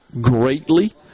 greatly